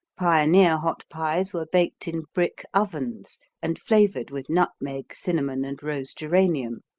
pioneer hot pies were baked in brick ovens and flavored with nutmeg, cinnamon and rose geranium.